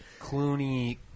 Clooney